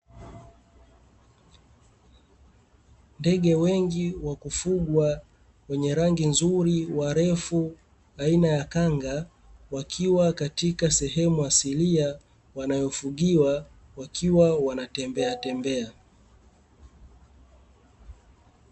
Ndege wengi wa kufugwa wenye rangi nzuri warefu aina ya kanga, wakiwa katika sehemu asilia wanayofugiwa wakiwa wanatembeatembea.